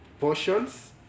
portions